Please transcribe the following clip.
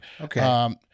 Okay